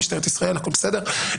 משטרת ישראל הכל בסדר.